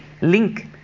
link